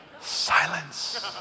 Silence